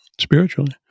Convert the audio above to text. spiritually